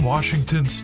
Washington